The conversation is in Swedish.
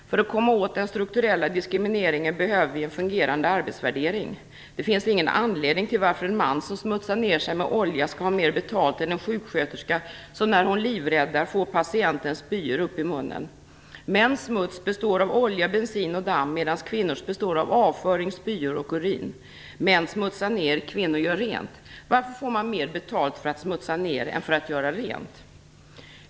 För att komma åt den strukturella diskrimineringen behöver vi en fungerande arbetsvärdering. Det finns ingen anledning till att en man som smutsar ner sig med olja skall ha mer betalt än en sjuksköterska som när hon livräddar får patientens spyor upp i munnen. Mäns smuts består av olja, bensin och damm, medan kvinnors består av avföring, spyor och urin. Män smutsar ner - kvinnor gör rent! Varför får man mer betalt för att smutsa ner än för att göra rent?